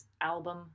album